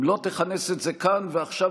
אם לא תכנס את זה כאן ועכשיו,